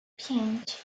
pięć